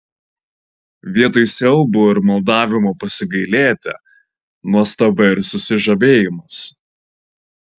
vietoj siaubo ir maldavimo pasigailėti nuostaba ir susižavėjimas